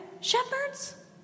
Shepherds